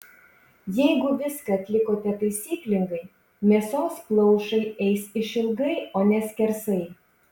jeigu viską atlikote taisyklingai mėsos plaušai eis išilgai o ne skersai